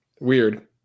weird